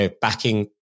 backing